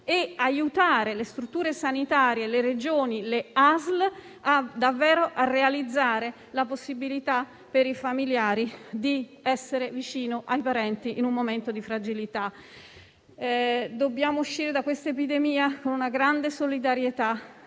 e aiutare le strutture sanitarie, le Regioni e le ASL a permettere ai familiari di essere vicino ai parenti in un momento di fragilità. Dobbiamo uscire da questa epidemia con una grande solidarietà